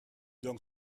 donc